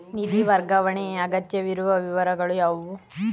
ನಿಧಿ ವರ್ಗಾವಣೆಗೆ ಅಗತ್ಯವಿರುವ ವಿವರಗಳು ಯಾವುವು?